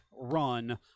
run